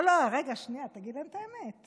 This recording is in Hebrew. לא לא, רגע, שנייה, תגיד להם את האמת.